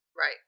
Right